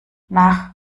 nach